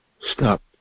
stop